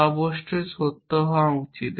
তা অবশ্যই সত্য হওয়া উচিত